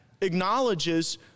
acknowledges